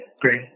Great